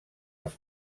els